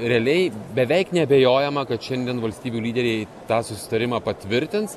realiai beveik neabejojama kad šiandien valstybių lyderiai tą susitarimą patvirtins